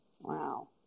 Wow